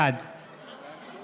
בעד